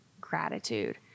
gratitude